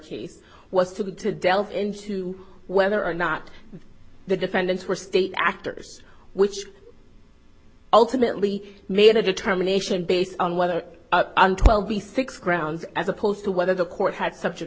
case was too good to delve into whether or not the defendants were state actors which ultimately made a determination based on whether twelve the six grounds as opposed to whether the court had such a